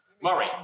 Murray